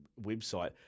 website